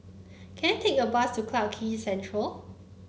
can I take a bus to Clarke Quay Central